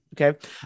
Okay